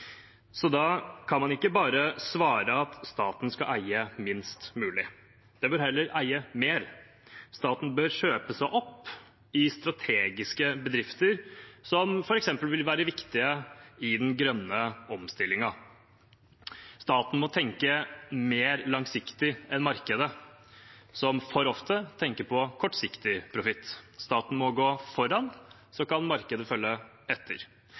Da kan man ikke bare svare at staten skal eie minst mulig. Den bør heller eie mer. Staten bør kjøpe seg opp i strategiske bedrifter, som f.eks. vil være viktige i den grønne omstillingen. Staten må tenke mer langsiktig enn markedet, som for ofte tenker på kortsiktig profitt. Staten må gå foran, så kan markedet følge etter.